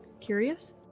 curious